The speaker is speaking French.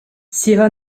sierra